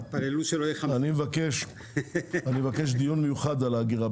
אני מבקש דיון מיוחד על האגירה,